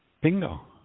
Bingo